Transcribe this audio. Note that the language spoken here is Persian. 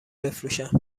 بفروشن